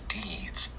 deeds